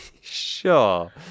Sure